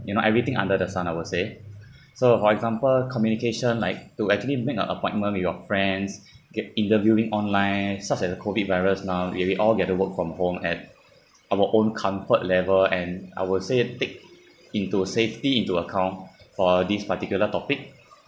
you know everything under the sun I would say so for example communication like to actually make an appointment with your friends get interviewing online such as the COVID virus now and we all get to work from home at our own comfort level and I will say it take into safety into account for this particular topic